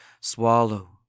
Swallow